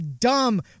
dumb